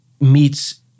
meets